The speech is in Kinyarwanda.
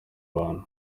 abantu